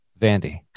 Vandy